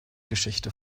geschichte